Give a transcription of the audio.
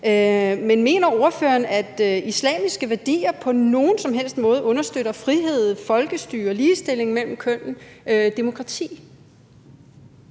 men mener ordføreren, at islamiske værdier på nogen som helst måde understøtter frihed, folkestyre, ligestilling mellem kønnene, demokrati?